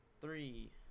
three